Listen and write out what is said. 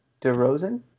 DeRozan